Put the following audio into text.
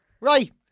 right